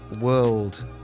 world